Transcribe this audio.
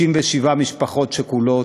67 משפחות שכולות,